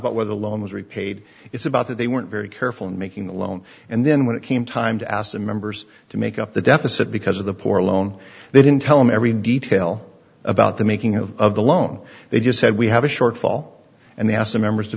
about where the loan was repaid it's about that they weren't very careful in making the loan and then when it came time to ask the members to make up the deficit because of the poor loan they didn't tell me every detail about the making of the loan they just said we have a shortfall and they asked the members to